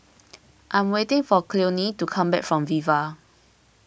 I'm waiting for Cleone to come back from Viva